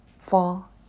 fall